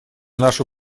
нашу